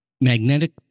magnetic